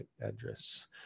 address